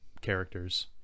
characters